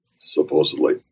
supposedly